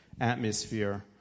atmosphere